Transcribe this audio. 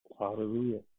Hallelujah